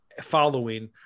following